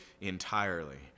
entirely